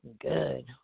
good